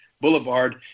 Boulevard